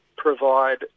provide